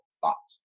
Thoughts